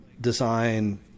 design